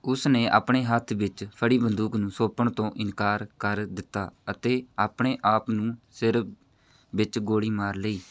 ਉਸ ਨੇ ਆਪਣੇ ਹੱਥ ਵਿੱਚ ਫੜੀ ਬੰਦੂਕ ਨੂੰ ਸੌਂਪਣ ਤੋਂ ਇਨਕਾਰ ਕਰ ਦਿੱਤਾ ਅਤੇ ਆਪਣੇ ਆਪ ਨੂੰ ਸਿਰ ਵਿੱਚ ਗੋਲੀ ਮਾਰ ਲਈ